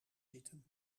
zitten